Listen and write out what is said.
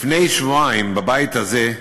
לפני שבועיים, בבית הזה,